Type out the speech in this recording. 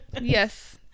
Yes